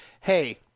hey